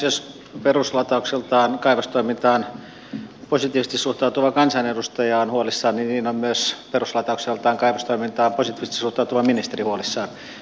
jos peruslataukseltaan kaivostoimintaan positiivisesti suhtautuva kansanedustaja on huolissaan niin niin on myös peruslataukseltaan kaivostoimintaan positiivisesti suhtautuva ministeri huolissaan